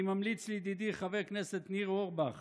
אני ממליץ לידידי חבר הכנסת ניר אורבך